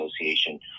Association